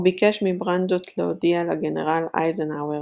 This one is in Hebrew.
הוא ביקש מברנדוט להודיע לגנרל אייזנהאואר